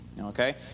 okay